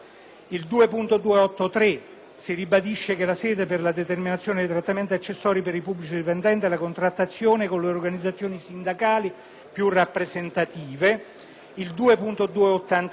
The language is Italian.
si ribadisce che la sede per la determinazione dei trattamenti accessori per i pubblici dipendenti è la contrattazione con le organizzazioni sindacali più rappresentative. L'emendamento 2.289 prevede